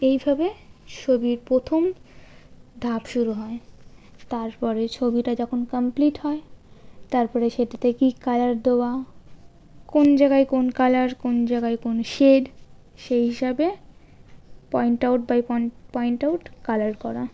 এইভাবে ছবির প্রথম ধাপ শুরু হয় তারপরে ছবিটা যখন কমপ্লিট হয় তারপরে সেটাতে কী কালার দেওয়া কোন জাগায় কোন কালার কোন জাগায় কোন শেড সেই হিসাবে পয়েন্ট আউট বাই পয় পয়েন্ট আউট কালার করা